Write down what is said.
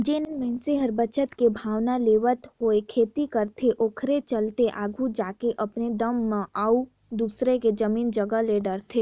जेन मइनसे ह बचत के भावना लेवत होय खेती करथे ओखरे चलत आघु जाके अपने दम म अउ दूसर के जमीन जगहा ले डरथे